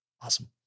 Awesome